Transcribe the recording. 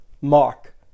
Mark